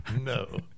no